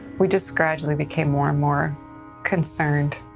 we just gradually became more and more concerned.